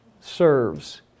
serves